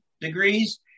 degrees